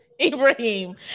Ibrahim